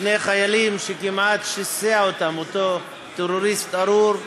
שני חיילים שכמעט שיסע אותם אותו טרוריסט ארור.